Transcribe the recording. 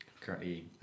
currently